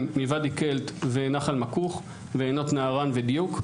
מוואדי קלט ונחל מכוך ועינות נערן ודיוק.